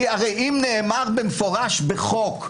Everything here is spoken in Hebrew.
הרי אם נאמר במפורש בחוק,